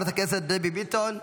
חברת הכנסת דבי ביטון,